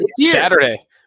Saturday